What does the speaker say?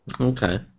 Okay